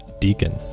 Deacon